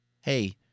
Hey